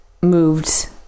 moved